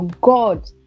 God